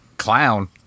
clown